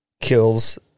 kills